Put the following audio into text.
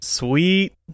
Sweet